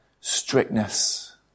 strictness